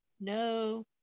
No